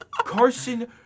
Carson